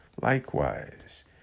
Likewise